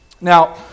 Now